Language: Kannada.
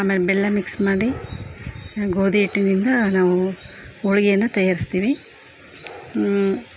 ಆಮೇಲೆ ಬೆಲ್ಲ ಮಿಕ್ಸ್ ಮಾಡಿ ಗೋದಿ ಹಿಟ್ಟಿನಿಂದ ನಾವು ಹೋಳಿಗೇನ ತಯಾರಿಸ್ತೀವಿ